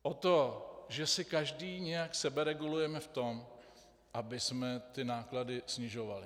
O to, že se každý nějak seberegulujeme v tom, abychom ty náklady snižovali.